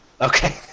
Okay